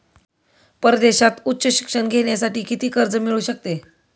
परदेशात उच्च शिक्षण घेण्यासाठी किती कर्ज मिळू शकते?